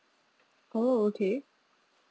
oh okay